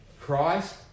Christ